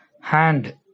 hand